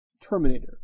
Terminator